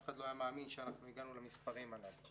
אף אחד לא היה מאמין שאנחנו הגענו למספרים הללו.